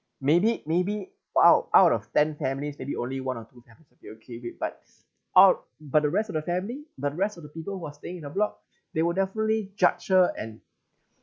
maybe maybe for out out of ten families maybe only one or two families'll be okay with it but out but the rest of the family but the rest of the people who are staying in the block they will definitely judge her and